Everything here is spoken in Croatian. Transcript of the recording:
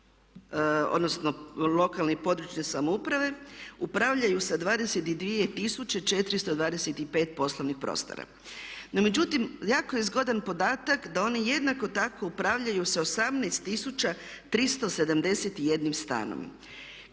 odnosno lokalne i područne samouprave upravljaju sa 22 tisuće 425 poslovnih prostora. No međutim, jako je zgodan podatak da one jednako tako upravljaju sa 18 tisuća 371 stanom.